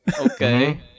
Okay